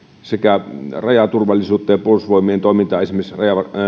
rajaturvallisuutta ja puolustusvoimien toimintaa esimerkiksi